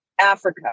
Africa